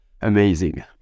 amazing